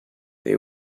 they